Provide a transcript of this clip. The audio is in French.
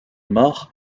mort